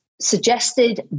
suggested